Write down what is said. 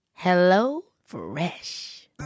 HelloFresh